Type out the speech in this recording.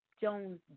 Jones